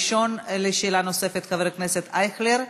הראשון, לשאלה נוספת, חבר הכנסת אייכלר,